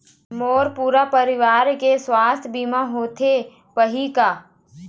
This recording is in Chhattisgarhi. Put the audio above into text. मोर पूरा परवार के सुवास्थ बीमा होथे पाही का?